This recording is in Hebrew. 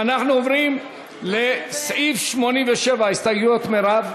אנחנו עוברים לסעיף 87. ההסתייגויות, מרב?